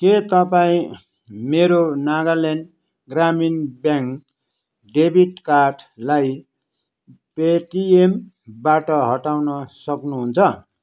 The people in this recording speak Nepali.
के तपाईँ मेरो नागाल्यान्ड ग्रामीण ब्याङ्क डेबिट कार्डलाई पेटिएमबाट हटाउन सक्नुहुन्छ